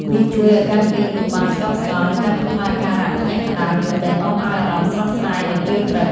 វាជួយឱ្យការគេងលក់បានស្កប់ស្កល់ និងកាត់បន្ថយអាការៈភ្ញាក់កណ្ដាលយប់ ដែលនាំឱ្យអារម្មណ៍ស្រស់ស្រាយនៅពេលព្រឹក។